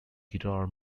guitar